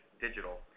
digital